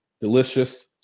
Delicious